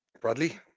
Bradley